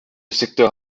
secteur